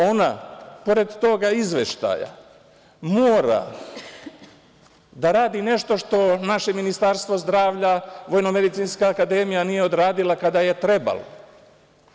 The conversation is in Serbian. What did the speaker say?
Ona pored toga izveštaja mora da radi nešto što naše Ministarstvo zdravlja, VMA, nije odradila kada je trebalo.